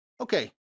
Okay